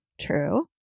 true